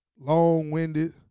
long-winded